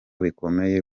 bikomeye